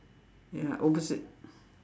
ya opposite